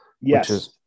Yes